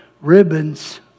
ribbons